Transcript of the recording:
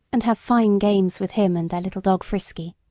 and have fine games with him and their little dog frisky.